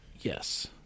Yes